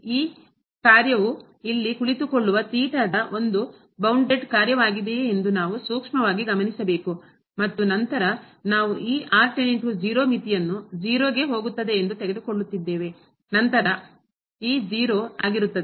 ಈ ಕಾರ್ಯವು ಇಲ್ಲಿ ಕುಳಿತುಕೊಳ್ಳುವ ಥೀಟಾದ ಒಂದು ಬೌಂಡಡ್ ಕಾರ್ಯವಾಗಿದೆಯೆ ಎಂದು ನಾವು ಸೂಕ್ಷ್ಮವಾಗಿ ಗಮನಿಸಬೇಕು ಮತ್ತು ನಂತರ ನಾವು ಈ ಮಿತಿಯನ್ನು ಹೋಗುತ್ತದೆ ಎಂದು ತೆಗೆದುಕೊಳ್ಳುತ್ತಿದ್ದೇವೆ ನಂತರ ಇದು 0 ಆಗಿರುತ್ತದೆ